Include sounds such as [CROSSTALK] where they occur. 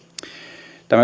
tämä [UNINTELLIGIBLE]